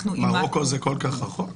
מרוקו זה כל כך רחוק?